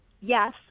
yes